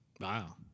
Wow